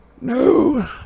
No